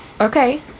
Okay